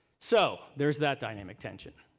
so, there is that dynamic tension.